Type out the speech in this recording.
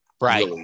right